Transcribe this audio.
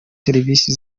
serivisi